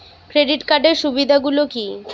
Credit কার্ডের সুবিধা গুলো কি?